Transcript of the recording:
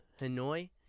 Hanoi